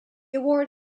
award